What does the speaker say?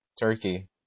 Turkey